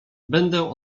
będę